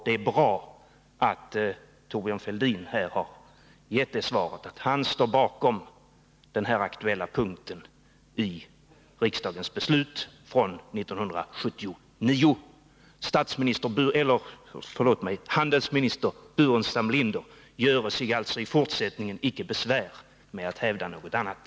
Det är bra att Thorbjörn Fälldin har gett svaret, att han står bakom den aktuella punkten i riksdagens beslut från 1979. Handelsminister Burenstam Linder göre sig alltså i fortsättningen icke besvär med att hävda något annat.